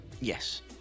Yes